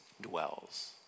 dwells